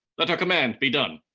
let our command be done.